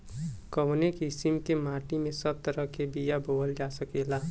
कवने किसीम के माटी में सब तरह के बिया बोवल जा सकेला?